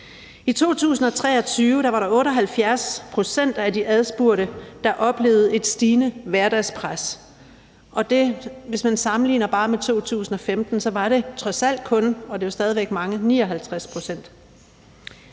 I 2023 var der 78 pct. af de adspurgte, der oplevede et stigende hverdagspres, og hvis man sammenligner med bare 2015, var det trods alt kun – det er stadig mange – 59 pct.